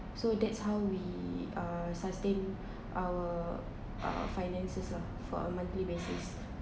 so that's how we uh sustain our uh finances lah for our monthly basis